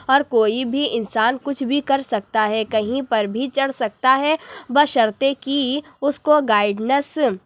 اور کوئی بھی انسان کچھ بھی کر سکتا ہے کہیں پر بھی چڑھ سکتا ہے بشرطےکہ اس کو گایڈنیس